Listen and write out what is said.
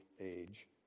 age